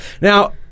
now